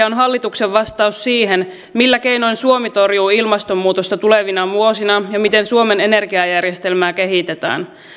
on hallituksen vastaus siihen millä keinoin suomi torjuu ilmastonmuutosta tulevina vuosina ja miten suomen energiajärjestelmää kehitetään